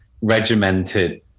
regimented